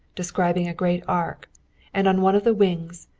describing a great arc and on one of the wings,